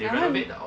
like how